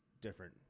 different